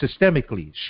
systemically